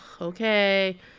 okay